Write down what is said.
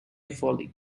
volley